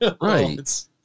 Right